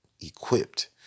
equipped